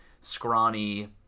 scrawny